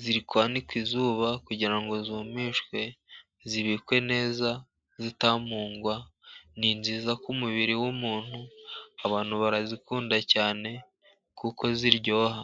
ziri kwanikwa izuba kugira ngo zumishwe zibikwe neza zitamungwa. Ni nziza ku mubiri w'umuntu, abantu barazikunda cyane kuko ziryoha.